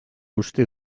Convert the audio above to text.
uste